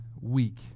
weak